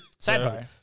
Sidebar